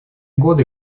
годы